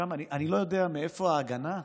אני לא יודע מאיפה ההגנה,